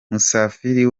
musafili